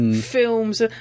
films